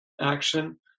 action